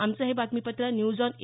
आमचं हे बातमीपत्र न्यूज ऑन ए